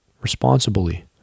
responsibly